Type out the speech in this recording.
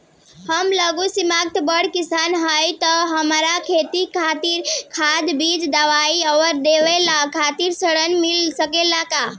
हम लघु सिमांत बड़ किसान हईं त हमरा खेती खातिर खाद बीज दवाई आ देखरेख खातिर ऋण मिल सकेला का?